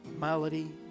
Melody